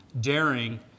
daring